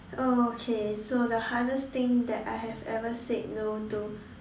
oh okay so the hardest thing that I have ever said no to